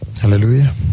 Hallelujah